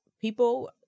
People